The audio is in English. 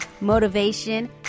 motivation